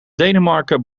denemarken